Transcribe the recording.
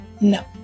No